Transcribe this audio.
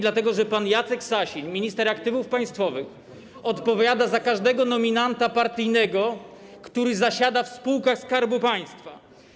Dlatego, że pan Jacek Sasin, minister aktywów państwowych, odpowiada za każdego nominata partyjnego, który zasiada w spółkach Skarbu Państwa.